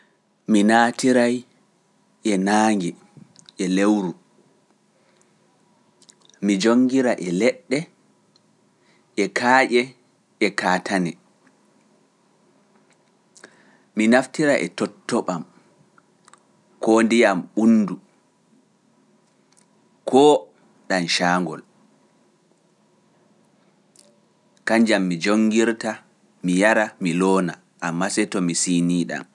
Mi naatiray e naange, e lewru, mi jonngira e leɗɗe, e kaaƴe, e kaatane, mi naftira e tottoɓam, koo ndiyam ɓunndu, koo ɗaŋcaangol, kanjam mi jonngirta, mi yara, mi loona, ammaa see to mi siinii ɗam.